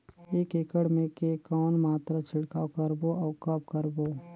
एक एकड़ मे के कौन मात्रा छिड़काव करबो अउ कब करबो?